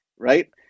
right